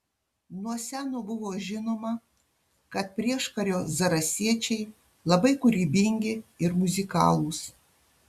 nuo seno buvo žinoma kad prieškario zarasiečiai labai kūrybingi ir muzikalūs